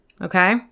Okay